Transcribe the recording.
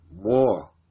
more